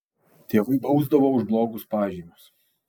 tėvai bausdavo už blogus pažymius